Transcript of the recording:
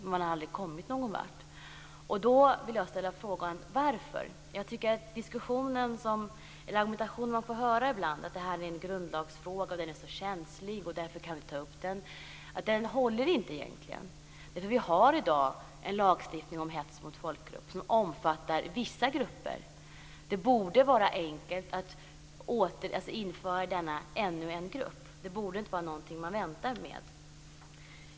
Men man har aldrig kommit någonvart. Då vill jag ställa frågan varför. Jag tycker att argumentationen som man får höra ibland - att det här är en grundlagsfråga, den är så känslig och därför kan vi inte ta upp den - egentligen inte håller. Vi har i dag en lagstiftning om hets mot folkgrupp som omfattar vissa grupper. Det borde vara enkelt att införa ännu en grupp. Det borde inte vara något man väntar med.